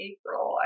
April